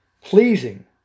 pleasing